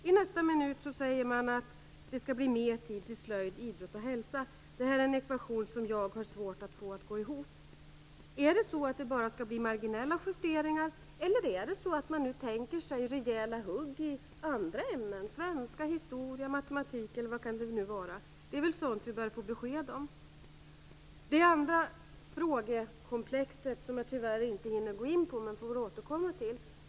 I nästa minut säger man att det skall bli mer tid till slöjd, idrott och hälsa. Detta är en ekvation som jag har svårt att få att gå ihop. Skall det bara bli marginella justeringar, eller tänker man göra rejäla hugg i andra ämnen - svenska, historia, matematik eller vad det nu kan vara? Detta är sådant som vi bör får besked om. Det andra frågekomplexet hinner jag tyvärr inte gå in på, men jag får väl återkomma till det.